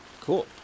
Cool